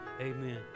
amen